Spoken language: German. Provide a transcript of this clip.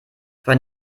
für